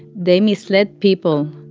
they misled people,